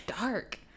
dark